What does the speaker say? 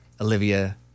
Olivia